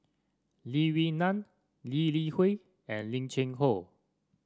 Lee Wee Nam Lee Li Hui and Lim Cheng Hoe